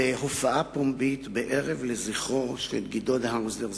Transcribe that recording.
בהופעה פומבית בערב לזכרו של גדעון האוזנר,